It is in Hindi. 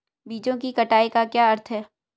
बीजों की कटाई का क्या अर्थ है?